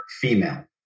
female